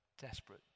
desperate